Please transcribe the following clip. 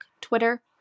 Twitter